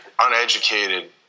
uneducated